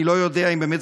אני לא יודע אם באמת,